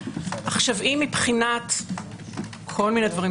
אם מבחינת כול מיני דברים,